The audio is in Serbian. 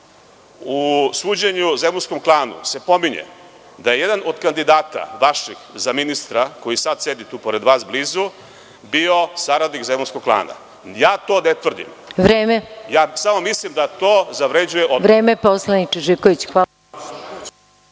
u suđenju zemunskom klanu se pominje da je jedan od vaših kandidata za ministra, koji sada sedi tu pored vas, blizu, bio saradnik zemunskog klana. Ja to ne tvrdim, samo mislim da to zavređuje